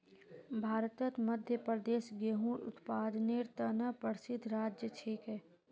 भारतत मध्य प्रदेश गेहूंर उत्पादनेर त न प्रसिद्ध राज्य छिके